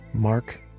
Mark